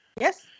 Yes